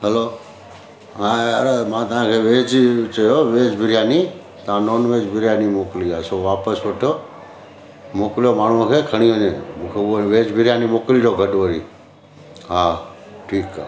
हलो हा यार मां तव्हांखे वेज चयो वेज बिरयानी तव्हां नॉन वेज बिरयानी मोकिली आहे सो वापसि वठो मोकिलो माण्हूअ खे खणी वञे मूंखे उहे वेज बिरयानी मोकिलिजो गॾु वरी हा ठीकु आहे